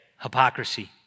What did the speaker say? Hypocrisy